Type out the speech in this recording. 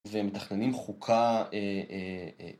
ומתכננים חוקה